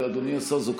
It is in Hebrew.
מה השאלה בכלל,